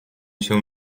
się